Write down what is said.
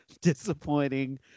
Disappointing